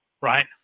right